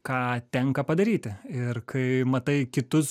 ką tenka padaryti ir kai matai kitus